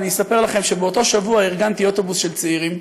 ואספר לכם שבאותו שבוע ארגנתי אוטובוס של צעירים,